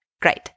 Great